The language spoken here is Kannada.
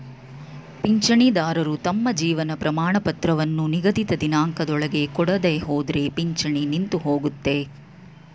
ಪಿಂಚಣಿದಾರರು ತಮ್ಮ ಜೀವನ ಪ್ರಮಾಣಪತ್ರವನ್ನು ನಿಗದಿತ ದಿನಾಂಕದೊಳಗೆ ಕೊಡದೆಹೋದ್ರೆ ಪಿಂಚಣಿ ನಿಂತುಹೋಗುತ್ತೆ